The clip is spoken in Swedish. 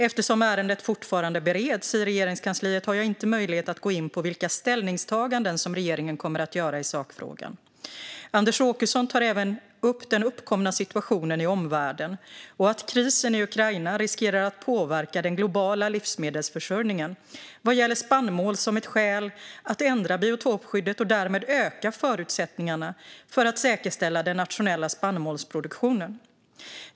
Eftersom ärendet fortfarande bereds i Regeringskansliet har jag inte möjlighet att gå in på vilka ställningstaganden som regeringen kommer att göra i sakfrågan. Anders Åkesson tar även upp den uppkomna situationen i omvärlden och att krisen i Ukraina riskerar att påverka den globala livsmedelsförsörjningen vad gäller spannmål som skäl att ändra biotopskyddet och därmed öka förutsättningarna för att säkerställa den nationella spannmålsproduktionen.